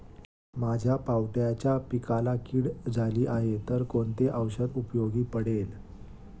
माझ्या पावट्याच्या पिकाला कीड झाली आहे तर कोणते औषध उपयोगी पडेल?